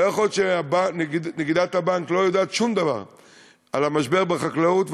לא יכול להיות שנגידת הבנק לא יודעת שום דבר על המשבר בחקלאות,